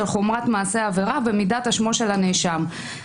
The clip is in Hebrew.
חומרת מעשה העבירה ומידת אשמתו של הנאשם.